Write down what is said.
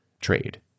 trade